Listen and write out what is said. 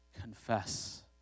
confess